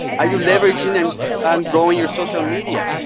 are you leveraging and and growing your social media?